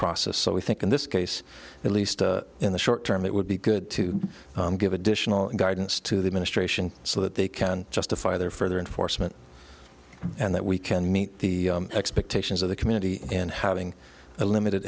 process so we think in this case at least in the short term it would be good to give additional guidance to the ministration so that they can justify their further in foresman and that we can meet the expectations of the community in having a limited